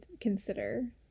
consider